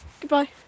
goodbye